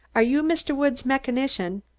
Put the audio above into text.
are you mr. woods' mechanician?